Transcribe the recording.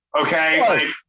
Okay